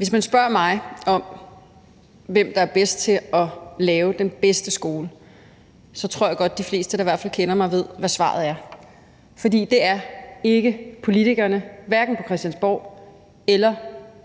Hvis man spørger mig om, hvem der er bedst til at lave den bedste skole, så tror jeg godt, at de fleste, der er i hvert fald kender mig, ved, hvad svaret er. For det er ikke politikerne, hverken på Christiansborg eller